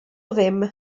ddim